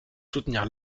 soutenir